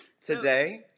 Today